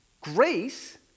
grace